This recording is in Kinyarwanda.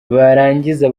barangiza